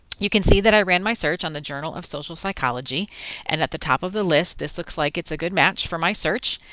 you can see that i ran my search on the journal of social psychology and at the top of the list it looks like it's a good match for my search.